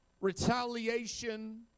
retaliation